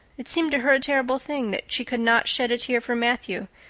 it seemed to her a terrible thing that she could not shed a tear for matthew,